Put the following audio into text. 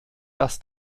dass